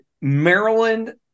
Maryland